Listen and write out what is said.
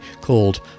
called